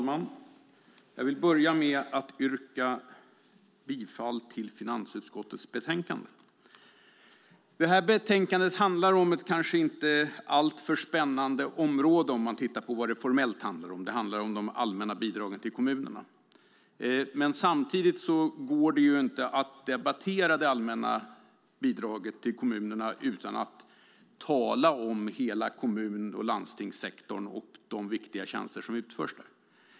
Fru talman! Jag börjar med att yrka bifall till förslaget i finansutskottets betänkande. Betänkandet handlar om ett kanske inte alltför spännande område, om man tittar på vad det formellt handlar om: de allmänna bidragen till kommunerna. Men samtidigt går det inte att debattera de allmänna bidragen till kommunerna utan att tala om hela kommun och landstingssektorn och de viktiga tjänster som utförs där.